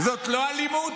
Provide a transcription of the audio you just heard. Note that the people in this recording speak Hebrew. זאת לא אלימות?